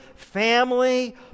family